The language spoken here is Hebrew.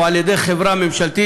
או על ידי חברה ממשלתית,